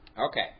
Okay